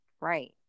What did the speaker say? Right